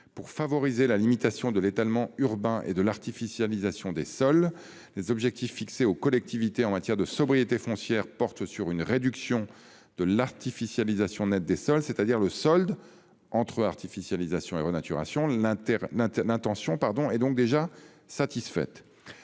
pour favoriser la limitation de l'étalement urbain et de l'artificialisation des sols. Les objectifs fixés aux collectivités en matière de sobriété foncière portent sur une réduction de l'artificialisation nette des sols, c'est-à-dire sur le solde entre artificialisation et renaturation. L'intention est donc déjà satisfaite.